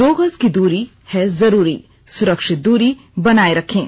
दो गज की दूरी है जरूरी सुरक्षित दूरी बनाए रखें